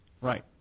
Right